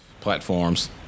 Platforms